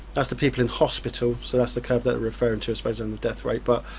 that's the people in hospital so that's the curve they're referring to i suppose and the death rate but